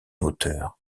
hauteur